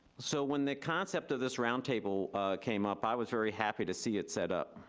so when the concept of this roundtable came up, i was very happy to see it set up.